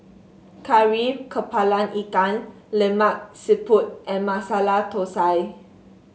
Kari kepala Ikan Lemak Siput and Masala Thosai